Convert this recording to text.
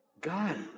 God